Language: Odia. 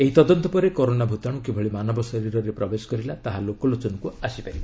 ଏହି ତଦନ୍ତ ପରେ କରୋନା ଭୂତାଣୁ କିଭଳି ମାନବ ଶରୀରରେ ପ୍ରବେଶ କରିଲା ତାହା ଲୋକଲୋଚନକୁ ଆସିପାରିବ